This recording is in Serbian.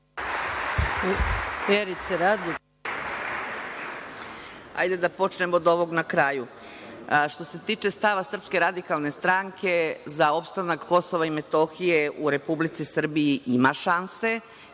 Hajde da počnem od ovog na kraju. Što se tiče stava SRS, za opstanak Kosova i Metohije u Republici Srbiji ima šanse.